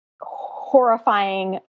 horrifying